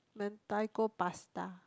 Mentaiko Pasta